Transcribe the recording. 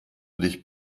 dich